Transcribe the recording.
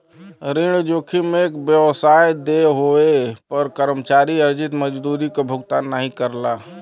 ऋण जोखिम में एक व्यवसाय देय होये पर कर्मचारी अर्जित मजदूरी क भुगतान नाहीं करला